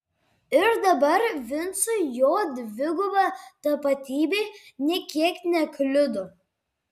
ir dabar vincui jo dviguba tapatybė nė kiek nekliudo